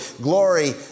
glory